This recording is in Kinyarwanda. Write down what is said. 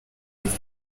muri